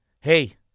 hey